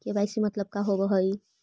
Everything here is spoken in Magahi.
के.वाई.सी मतलब का होव हइ?